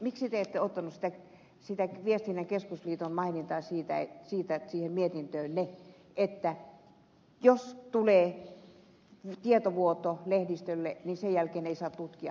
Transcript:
miksi te ette ottaneet viestinnän keskusliiton mainintaa mietintöönne siitä että jos tulee tietovuoto lehdistölle niin sen jälkeen ei saa tutkia